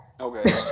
Okay